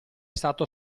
stato